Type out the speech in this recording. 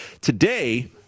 today